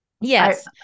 yes